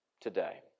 today